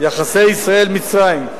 יחסי ישראל מצרים,